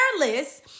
careless